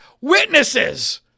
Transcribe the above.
witnesses